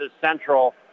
Central